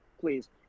please